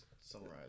summarize